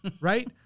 right